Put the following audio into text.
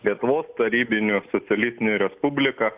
lietuvos tarybinių socialistinių respublika